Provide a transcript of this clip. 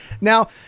now